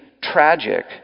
tragic